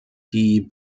die